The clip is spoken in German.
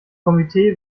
komitee